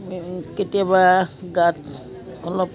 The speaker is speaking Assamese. কেতিয়াবা গাত অলপ